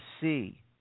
see